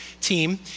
team